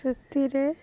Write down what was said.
ସେଥିରେ